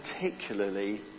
particularly